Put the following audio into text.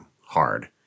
hard